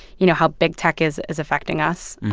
you know, how big tech is is affecting us.